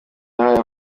yahaye